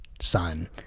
son